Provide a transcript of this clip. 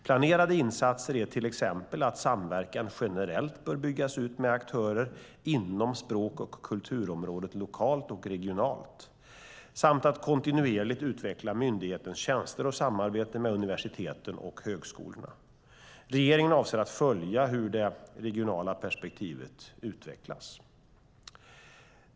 Planerade insatser är till exempel att samverkan generellt bör byggas ut med aktörer inom språk och kulturområdet lokalt och regionalt samt att kontinuerligt utveckla myndighetens tjänster och samarbete med universiteten och högskolorna. Regeringen avser att följa hur det regionala perspektivet utvecklas.